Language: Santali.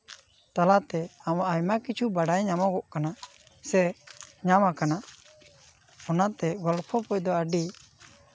ᱛᱟᱞᱟᱛᱮ ᱟᱢᱟᱜ ᱟᱭᱢᱟ ᱠᱤᱪᱷᱩ ᱵᱟᱲᱟᱭ ᱧᱟᱢᱚᱜᱚᱜ ᱠᱟᱱᱟ ᱥᱮ ᱧᱟᱢ ᱟᱠᱟᱱᱟ ᱚᱱᱟᱛᱮ ᱜᱚᱞᱯᱷᱚ ᱵᱳᱭ ᱫᱚ ᱟᱹᱰᱤ